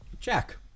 Jack